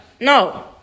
No